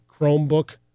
Chromebook